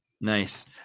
Nice